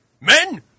Men